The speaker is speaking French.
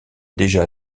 déjà